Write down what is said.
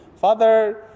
Father